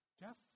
Jeff